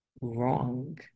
wrong